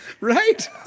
Right